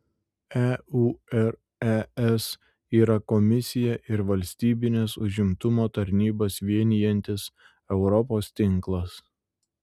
eures yra komisiją ir valstybines užimtumo tarnybas vienijantis europos tinklas